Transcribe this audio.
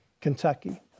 Kentucky